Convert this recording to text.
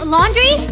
Laundry